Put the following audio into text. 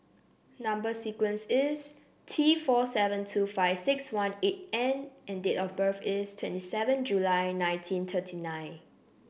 number sequence is T four seven two five six one eight N and date of birth is twenty seven July nineteen thirty nine